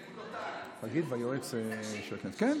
כנסת נכבדה, המחזה הזה, לא,